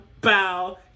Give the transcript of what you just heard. Bow